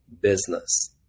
business